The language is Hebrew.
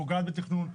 פוגעת בתכנון,